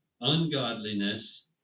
ungodliness